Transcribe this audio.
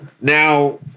Now